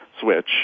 switch